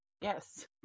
Yes